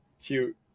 cute